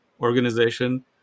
organization